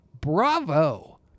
bravo